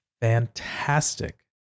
fantastic